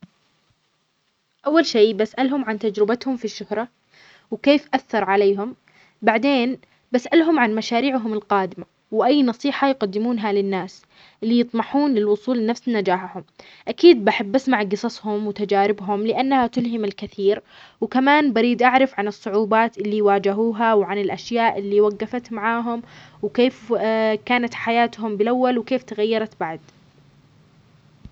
أول شيء بسألهم عن تجربتهم في الشهرة، وكيف أثر عليهم بعدين بسألهم عن مشاريعهم القادمة، وأي نصيحة يقدمونها للناس ليطمحون للوصول لنفس نجاحهم. أكيد بحب أسمع قصصهم وتجاربهم لأنها تلهم الكثير، وكمان بريد أعرف عن الصعوبات إللي واجهوها، وعن الأشياء إللي وقفت معاهم، وكيف كانت حياتهم بالأول وكيف تغيرت بعد.